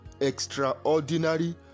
extraordinary